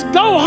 go